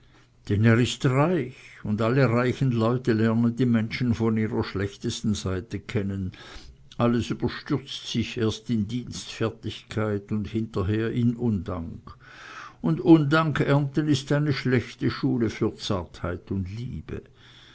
er ist reich und alle reichen leute lernen die menschen von ihrer schlechtesten seite kennen alles überstürzt sich erst in dienstfertigkeit und hinterher in undank und undank ernten ist eine schlechte schule für zartheit und liebe